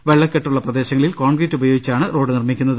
വെള്ളക്കെട്ടുള്ള പ്രദേശങ്ങളിൽ കോൺക്രീറ്റ് ഉപയോഗിച്ചാണ് റോഡ് നിർമിക്കുന്നത്